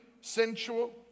sensual